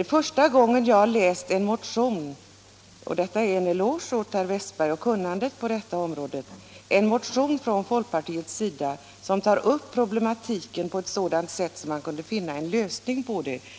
Det är första gången jag har läst en motion — och detta är en eloge till herr Wästberg och hans kunnande på detta område — från folkpartiet som tar upp problematiken på ett sådant sätt att man kunde finna en lösning.